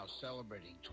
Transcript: celebrating